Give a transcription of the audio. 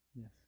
Yes